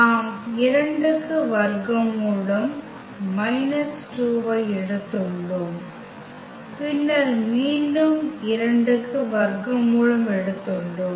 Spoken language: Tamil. நாம் 2 க்கு வர்க்க மூலம் மைனஸ் 2 ஐ எடுத்துள்ளோம் பின்னர் மீண்டும் 2 க்கு வர்க்க மூலம் எடுத்துள்ளோம்